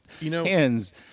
hands